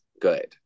good